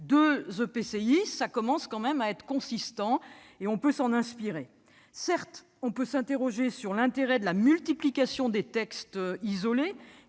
deux EPCI : cela commence quand même à être consistant et l'on peut s'en inspirer. Certes, on peut s'interroger sur l'intérêt de la multiplication des textes isolés,